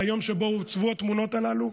ביום שבו הוצבו התמונות הללו,